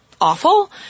awful